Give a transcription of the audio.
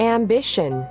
Ambition